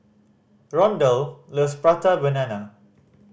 Rondal loves Prata Banana